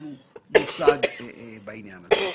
מאיתנו אין מושג בעניין הזה.